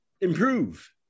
improve